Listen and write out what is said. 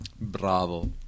Bravo